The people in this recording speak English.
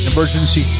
Emergency